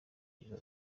biba